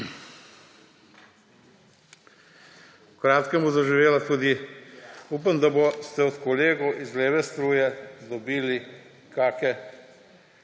kratkem bo zaživela tudi … Upam, da boste od kolegov z leve struje dobili kake